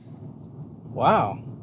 wow